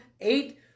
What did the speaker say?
eight